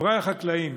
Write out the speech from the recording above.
חבריי החקלאים,